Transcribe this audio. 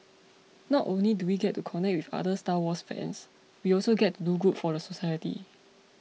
not only do we get to connect with other Star Wars fans we also get to do good for society